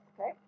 okay